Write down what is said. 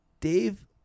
Dave